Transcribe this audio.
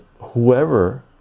whoever